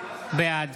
בעד